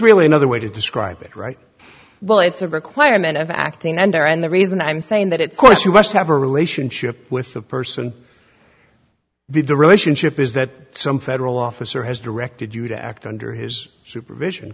another way to describe it right well it's a requirement of acting under and the reason i'm saying that it's course you must have a relationship with the person with the relationship is that some federal officer has directed you to act under his supervision